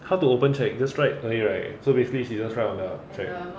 how to open cheque just write 可以 right so basically she just write on the cheque